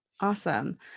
Awesome